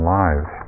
lives